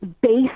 base